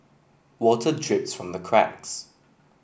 water drips from the cracks